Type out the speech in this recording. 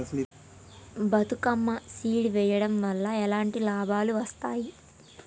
Bathukamma seed వెయ్యడం వల్ల ఎలాంటి లాభాలు వస్తాయి?